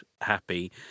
happy